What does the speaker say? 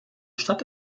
stadt